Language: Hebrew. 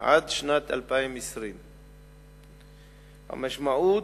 עד שנת 2020. המשמעות,